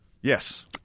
Yes